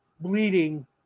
bleeding